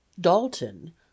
dalton